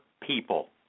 people